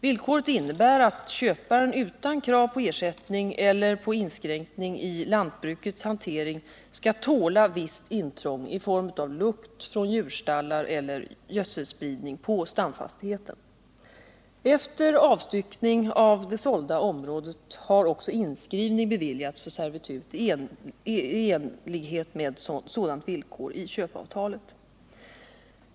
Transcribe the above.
Villkoret innebär att köparen utan krav på ersättning eller på inskränkning i lantbrukets hantering skall tåla visst intrång i form av lukt från djurstallar eller gödselspridning på stamfastigheten. Efter avstyckning av det sålda området har också inskrivning beviljats för servitut i enlighet med sådant villkor i köpeavtal.